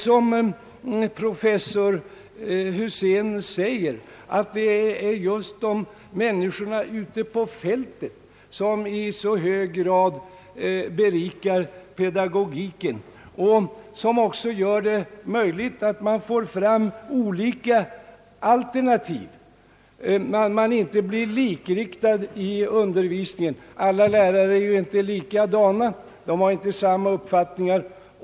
Som professor Husén säger, är det just människorna ute på fältet som i så hög grad berikar pedagogiken och gör det möjligt att få fram olika alternativ. Man blir inte likriktad i undervisningen. Alla lärare är inte likadana och har inte samma uppfattningar.